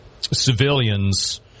civilians